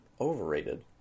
overrated